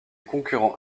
concurrents